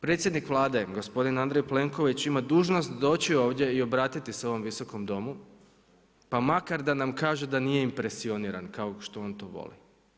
Predsjednik Vlade gospodin Andrej Plenković ima dužnost doći ovdje i obratiti se ovom Viskom domu pa makar da nam kaže da nije impresioniran kao što on to voli.